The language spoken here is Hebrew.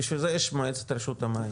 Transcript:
בשביל זה יש מועצת רשות המים,